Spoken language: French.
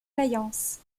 vaillance